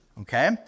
Okay